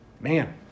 Man